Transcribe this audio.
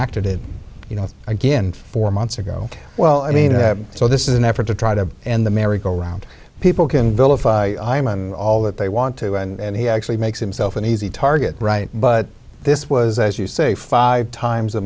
did you know again four months ago well i mean so this is an effort to try to and the merry go round people can vilify him and all that they want to and he actually makes himself an easy target right but this was as you say five times